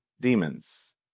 demons